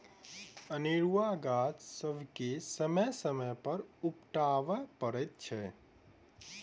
अनेरूआ गाछ सभके समय समय पर उपटाबय पड़ैत छै